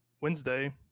Wednesday